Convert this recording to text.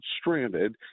stranded